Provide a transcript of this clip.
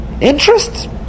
interest